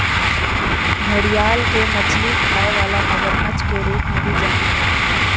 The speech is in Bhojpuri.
घड़ियाल के मछली खाए वाला मगरमच्छ के रूप में भी जानल जाला